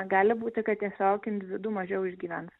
gali būti kad tiesiog individų mažiau išgyvens